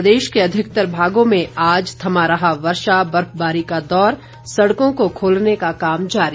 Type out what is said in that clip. प्रदेश के अधिकतर भागों में आज थमा रहा वर्षा बर्फबारी का दौर सड़कों को खोलने का काम जारी